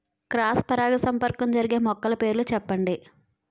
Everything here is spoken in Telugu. క్రాస్ పరాగసంపర్కం జరిగే మొక్కల పేర్లు చెప్పండి?